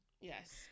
Yes